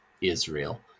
Israel